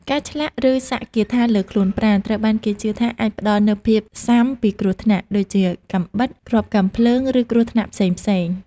ការឆ្លាក់ឬសាក់គាថាលើខ្លួនប្រាណ ត្រូវបានគេជឿថាអាចផ្តល់នូវភាពស៊ាំពីគ្រោះថ្នាក់ ដូចជាកាំបិត គ្រាប់កាំភ្លើង ឬគ្រោះថ្នាក់ផ្សេងៗ។